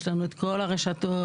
יש לנו כל הרשתות,